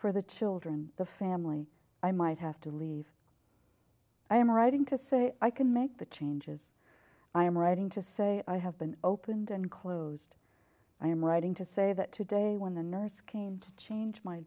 for the children the family i might have to leave i am writing to say i can make the changes i am writing to say i have been opened and closed i am writing to say that today when the nurse came to change my